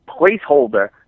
placeholder